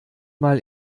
mal